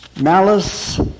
Malice